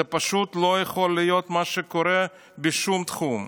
זה פשוט לא יכול להיות, מה שקורה, בשום תחום.